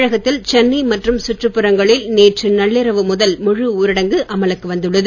தமிழகத்தில் சென்னை மற்றும் சுற்றுப் புறங்களில் நேற்று நள்ளிரவு முதல் முழு ஊரடங்கு அமலுக்கு வந்துள்ளது